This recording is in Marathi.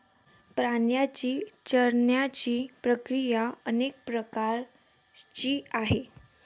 प्राण्यांची चरण्याची प्रक्रिया अनेक प्रकारची आहे